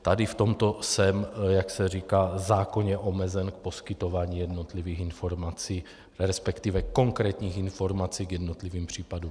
Tady v tomto jsem, jak se říká, zákonně omezen v poskytování jednotlivých informací, resp. konkrétních informací k jednotlivým případům.